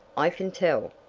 i can tell.